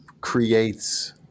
creates